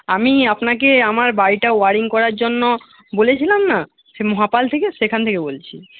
আমি আপনাকে আমার বাড়িটা ওয়ারিং করার জন্য বলেছিলাম না সেই মহাপাল থেকে সেখান থেকে বলছি